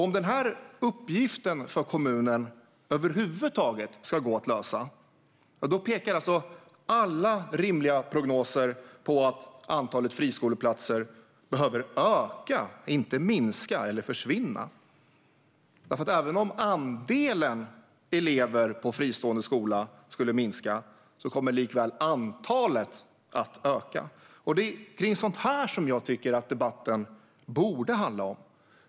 Om denna uppgift för kommunen över huvud taget ska gå att lösa pekar alla rimliga prognoser på att antalet friskoleplatser kraftigt behöver öka; de behöver inte minska eller försvinna. Även om andelen elever på fristående skola skulle minska kommer antalet att öka. Det är sådant här som jag tycker att debatten borde handla om.